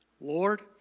Lord